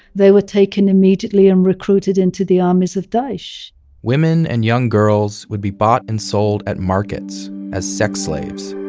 they were taken immediately and recruited into the armies of daesh women and young girls would be bought and sold at markets, as sex slaves.